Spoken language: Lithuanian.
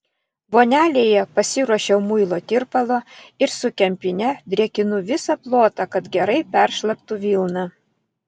vonelėje pasiruošiau muilo tirpalo ir su kempine drėkinu visą plotą kad gerai peršlaptų vilna